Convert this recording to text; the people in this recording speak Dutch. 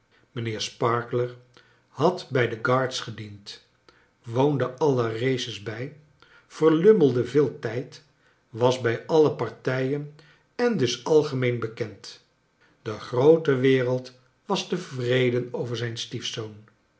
mijnheer sparkler had bij de guards gediend woonde alle races bij verlummelde veel tijd was bij alle partijen en dus algemeen bekend de groote wereld was tevreden over zijn stiefzoon